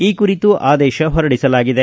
ಈ ಕುರಿತು ಆದೇಶ ಹೊರಡಿಸಲಾಗಿದೆ